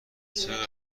چقدر